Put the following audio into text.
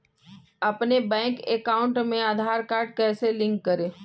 अपने bank account में Aadhaar card कैसे लिंक करें?